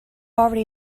already